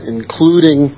including